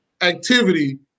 activity